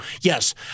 yes